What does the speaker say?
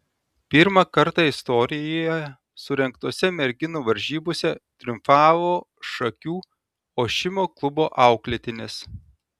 pirmą kartą istorijoje surengtose merginų varžybose triumfavo šakių ošimo klubo auklėtinės